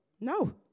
No